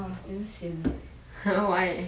!wah! damn sian leh